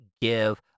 give